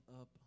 up